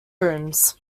rooms